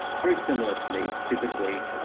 very similar to me physically,